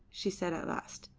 she said at last.